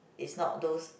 is not lose